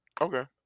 okay